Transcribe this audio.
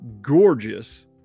gorgeous